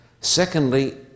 Secondly